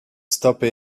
stopy